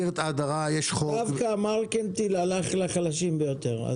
דווקא בנק מרכנתיל הלך לחלשים ביותר.